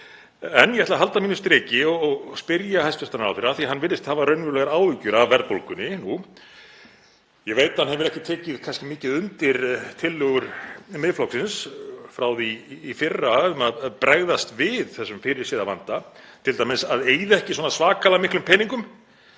En ég ætla að halda mínu striki og spyrja hæstv. ráðherra, af því að hann virðist hafa raunverulegar áhyggjur af verðbólgunni nú. Ég veit að hann hefur ekki tekið mikið undir tillögur Miðflokksins frá því í fyrra um að bregðast við þessum fyrirséða vanda, t.d. með því að eyða ekki svona svakalega miklum peningum